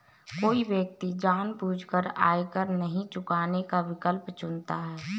कोई व्यक्ति जानबूझकर आयकर नहीं चुकाने का विकल्प चुनता है